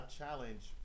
challenge